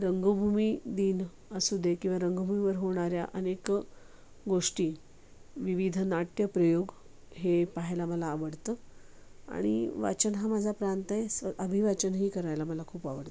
रंगभूमी दिन असू दे किंवा रंगभूमीवर होणाऱ्या अनेक गोष्टी विविध नाट्यप्रयोग हे पाहायला मला आवडतं आणि वाचन हा माझा प्रांत आहे स अभिवाचनही करायला मला खूप आवडतं